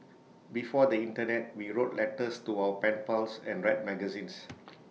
before the Internet we wrote letters to our pen pals and read magazines